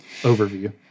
overview